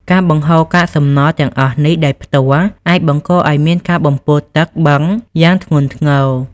ការបង្ហូរកាកសំណល់ទាំងអស់នេះដោយផ្ទាល់ អាចបង្កឱ្យមានការបំពុលទឹកបឹងយ៉ាងធ្ងន់ធ្ងរ។